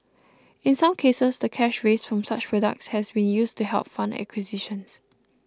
in some cases the cash raised from such products has been used to help fund acquisitions